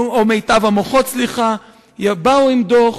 או מיטב המוחות, באו עם דוח,